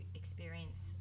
experience